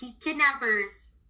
kidnappers